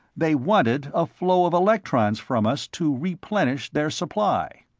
they wanted a flow of electrons from us to replenish their supply.